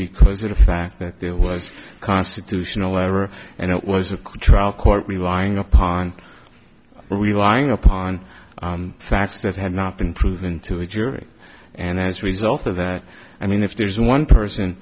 because of the fact that there was constitutional error and it was a quick trial court relying upon relying upon facts that have not been proven to a jury and as a result of that i mean if there's one person